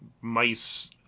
mice